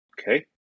Okay